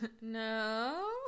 No